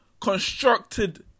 constructed